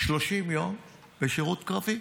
30 יום בשירות קרבי.